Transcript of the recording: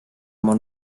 oma